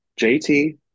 JT